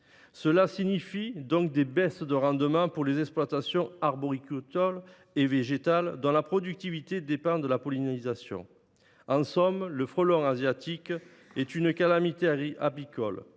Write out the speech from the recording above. Cela provoque des baisses de rendement dans les exploitations arboricoles et végétales dont la productivité dépend de la pollinisation. En somme, le frelon asiatique est une calamité apicole,